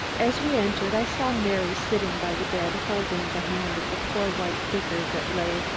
as we entered, i saw mary sitting by the bed, holding the hand of the poor white figure that lay,